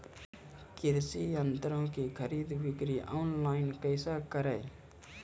कृषि संयंत्रों की खरीद बिक्री ऑनलाइन कैसे करे?